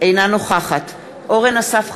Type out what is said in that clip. אינה נוכחת אורן אסף חזן,